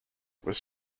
was